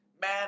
man